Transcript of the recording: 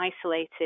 isolated